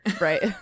right